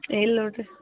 ಇಲ್ಲ ನೋಡ್ರಿ